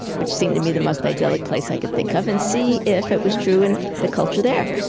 which seemed to me the most idyllic place i could think of, and see if it was true in the culture there.